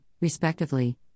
respectively